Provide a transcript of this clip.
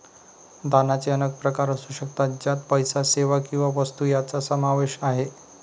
दानाचे अनेक प्रकार असू शकतात, ज्यात पैसा, सेवा किंवा वस्तू यांचा समावेश आहे